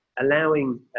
allowing